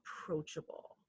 approachable